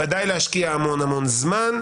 ודאי להשקיע המון-המון זמן,